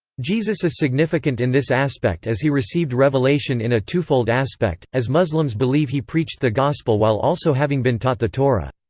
jesus is significant in this aspect as he received revelation in a twofold aspect, as muslims believe he preached the gospel while also having been taught the torah.